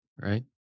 Right